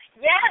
Yes